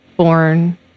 Born